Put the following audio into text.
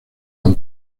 con